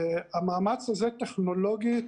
המאמץ הזה טכנולוגית